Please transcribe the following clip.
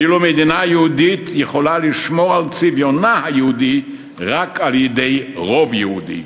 ואילו מדינה יהודית יכולה לשמור על צביונה היהודי רק על-ידי רוב יהודי.